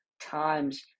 times